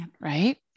right